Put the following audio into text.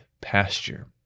pasture